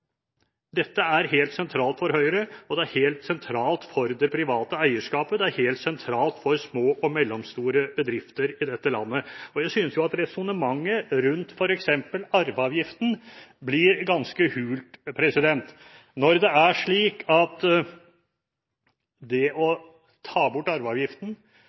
Dette er helt sentralt for Høyre, det er helt sentralt for det private eierskapet, og det er helt sentralt for små og mellomstore bedrifter i dette landet. Jeg synes at resonnementet rundt f.eks. arveavgiften blir ganske hult. Det å ta bort arveavgiften